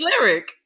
lyric